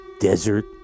desert